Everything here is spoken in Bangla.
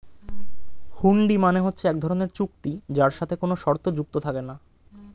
হুন্ডি মানে হচ্ছে এক ধরনের চুক্তি যার সাথে কোনো শর্ত যুক্ত থাকে না